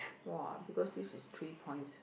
wa because this is three points